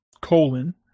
colon